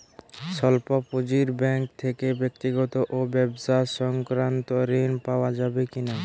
স্বল্প পুঁজির ব্যাঙ্ক থেকে ব্যক্তিগত ও ব্যবসা সংক্রান্ত ঋণ পাওয়া যাবে কিনা?